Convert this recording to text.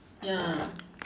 ya